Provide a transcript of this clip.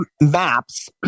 Maps